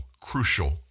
crucial